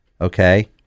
okay